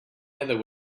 heather